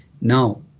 Now